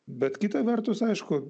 bet kita vertus aišku